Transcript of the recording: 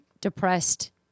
depressed